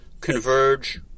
converge